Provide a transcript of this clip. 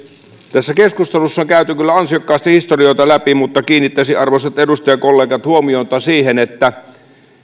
tässä keskustelussa on on käyty kyllä ansiokkaasti historioita läpi mutta kiinnittäisin arvoisat edustaja kollegat huomiota siihen että